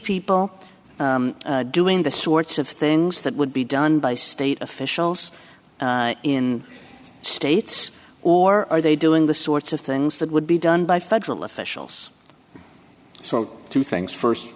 people doing the sorts of things that would be done by state officials in states or are they doing the sorts of things that would be done by federal officials so two things